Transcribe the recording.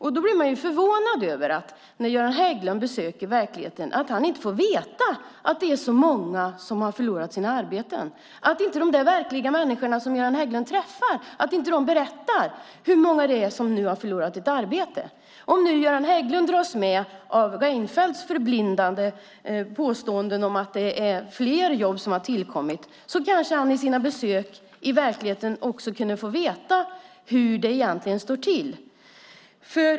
Man blir förvånad över att Göran Hägglund under sina besök i verkligheten inte får veta att det är så många som har förlorat sina arbeten och att de verkliga människorna som han träffar inte berättar hur många som har förlorat sitt arbete. Dras Göran Hägglund med i Reinfeldts förblindande påståenden om att fler jobb har tillkommit kanske han under sina besök i verkligheten kunde få veta hur det egentligen står till.